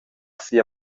sia